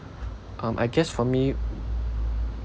um I guess for me